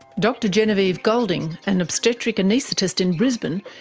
dr genevieve goulding, an obstetric anaesthetist in brisbane,